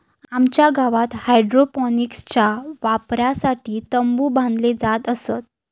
आमच्या गावात हायड्रोपोनिक्सच्या वापरासाठी तंबु बांधले जात असत